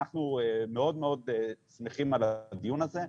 אנחנו מאוד שמחים על הדיון הזה,